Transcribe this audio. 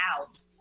out